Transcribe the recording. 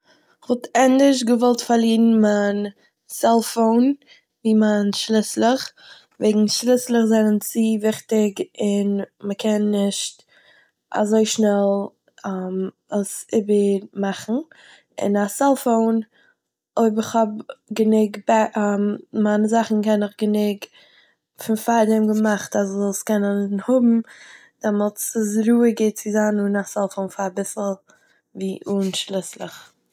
כ'וואלט ענדערש געוואלט פארלירן מיין סעלפאון ווי מיין שליסלעך, וועגן שליסלעך זענען צו וויכטיג און מ'קען נישט אזוי שנעל עס איבערמאכן, און א סעלפאון - אויב איך האב גענוג בע- מיין זאכן קען איך גענוג פון פאר דעם געמאכט אז כ'זאל עס קענען האבן, דעמאלטס איז רוהיגער צו זיין אן א סעלפאון פאר אביסל ווי אן שליסלעך